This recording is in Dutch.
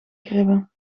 kribbe